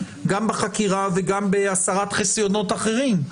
גם בחקירה וגם בהסרת חסיונות אחרים.